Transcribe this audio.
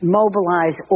mobilize